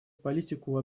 политику